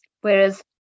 Whereas